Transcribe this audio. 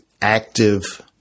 active